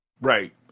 Right